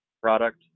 product